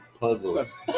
puzzles